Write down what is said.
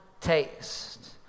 taste